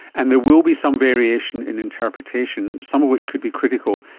and there will be some variation in interpretation, some of which could be critical,